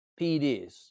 PDs